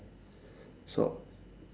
so